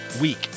week